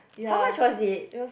how much was it